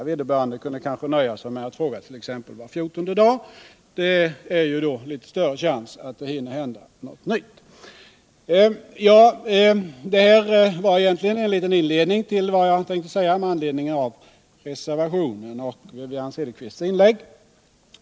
Vederbörande kunde kanske nöja sig med att fråga t.ex. var fjortonde dag. Det är ju då litet större chans att det hinner hända något nytt. Ja, det här var egentligen en liten inledning till vad jag tänkte säga med anledning av reservationen och Wivi-Anne Cederqvists inlägg.